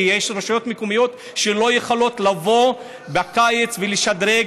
כי יש רשויות מקומיות שלא יכולות לבוא בקיץ ולשדרג